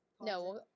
No